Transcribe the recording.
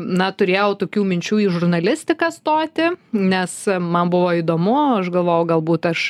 na turėjau tokių minčių į žurnalistiką stoti nes man buvo įdomu aš galvojau galbūt aš